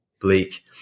bleak